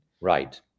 Right